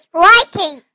writing